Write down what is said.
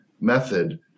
method